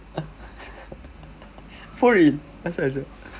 for real that's not a joke